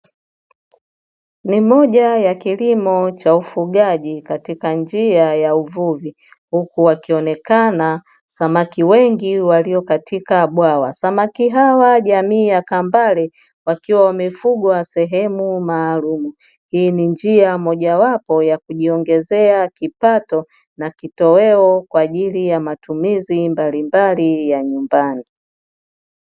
Ni moja ya kilimo cha ufugaji katika njia ya uvuvi, huku wakionekana samaki wengi walio katika bwawa. Samaki hawa jamii ya kambale, wakiwa wamefungwa sehemu maalumu; hii ni njia mojawapo ya kujiongezea kipato na kitoweo kwaajili ya matumizi mbalimbali ya nyumbani.